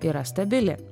yra stabili